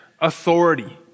authority